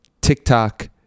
TikTok